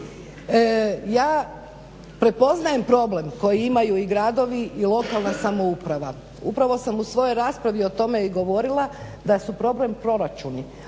Ja prepoznajem problem koji imaju i gradovi i lokalna samouprava. Upravo sam u svojoj raspravi o tome i govorila da su problem proračuni.